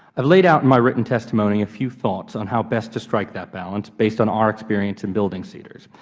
i've laid out in my written testimony a few thoughts on how best to strike that balance based on our experience on and building seedrs.